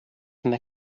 from